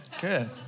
Good